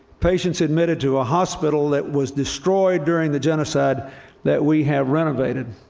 patients admitted to a hospital that was destroyed during the genocide that we have renovated